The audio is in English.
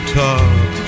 talk